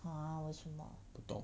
!huh! 为什么